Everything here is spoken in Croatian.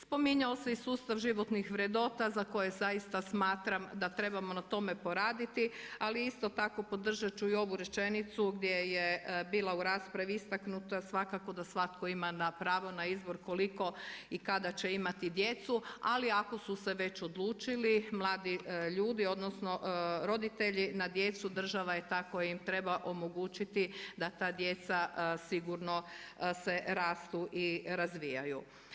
Spominjao se i sustav životnih vrednota za koje zaista smatram da trebamo na tome poraditi, ali isto tako podržat ću i ovu rečenicu gdje je bila u raspravi istaknuto, svakako da svatko ima pravo na izbor koliko i kada će imati djecu, ali ako su se već odlučili mladi ljudi odnosno roditelji na djecu, država je ta koja im treba omogućiti da ta djeca sigurno rastu i razvijaju.